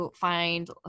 find